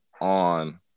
on